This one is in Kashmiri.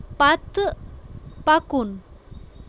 پَتہٕ پکُن